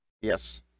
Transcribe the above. Yes